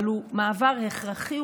אבל הוא מעבר הכרחי,